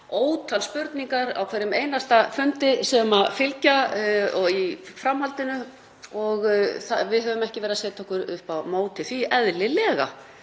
ótal spurningar eru á hverjum einasta fundi og eins í framhaldinu og við höfum ekki verið að setja okkur upp á móti því, eðlilega,